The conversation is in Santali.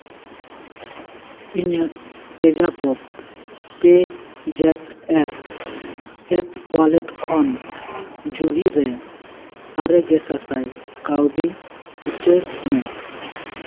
ᱤᱧᱟᱹᱜ ᱯᱮᱡᱟᱯᱚᱯ ᱯᱮ ᱡᱮᱴ ᱮᱯᱷ ᱮᱯᱷ ᱳᱣᱟᱞᱮᱴ ᱠᱷᱚᱱ ᱡᱩᱦᱤᱨᱮ ᱟᱨᱮ ᱜᱮᱥᱟᱥᱟᱭ ᱠᱟᱹᱣᱰᱤ ᱩᱪᱟᱹᱲ ᱢᱮ